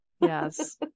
Yes